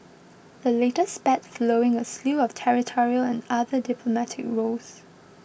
the latest spat flowing a slew of territorial and other diplomatic rows